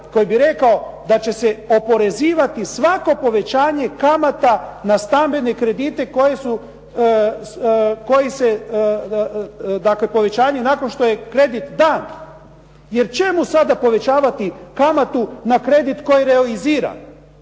koji bi rekao da će se oporezivati svako povećanje kamata na stambene kredite koji se dakle, povećanje nakon što je kredit dan, jer čemu sada povećavati kamatu na kredit koji realizira.